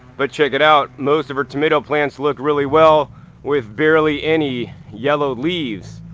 but check it out most of her tomato plants look really well with barely any yellow leaves.